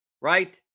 right